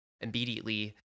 immediately